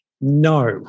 No